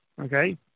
okay